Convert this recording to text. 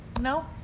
No